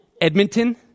Edmonton